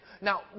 Now